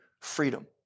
freedom